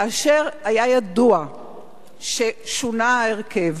כאשר היה ידוע ששונה ההרכב,